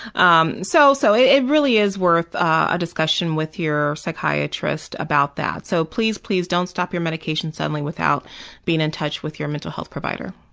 um so so it really is worth a discussion with your psychiatrist about that, and so please, please don't stop your medications suddenly without being in touch with your mental health provider.